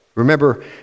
Remember